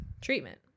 treatment